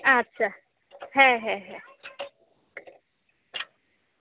আচ্ছা হ্যাঁ হ্যাঁ হ্যাঁ